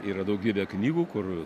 yra daugybė knygų kur